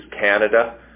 Canada